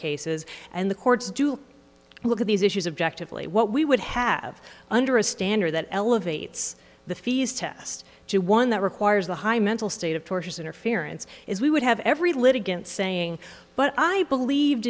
cases and the courts do look at these issues objective lee what we would have under a standard that elevates the fees test to one that requires a high mental state of tortious interference is we would have every litigant saying but i believed